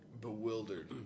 bewildered